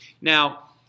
now